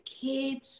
kids